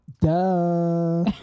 Duh